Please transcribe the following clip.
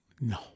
no